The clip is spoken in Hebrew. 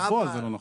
בפועל זה לא נכון.